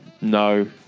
No